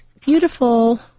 beautiful